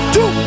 Two